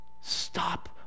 Stop